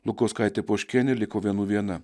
lukauskaitė poškienė liko vienui viena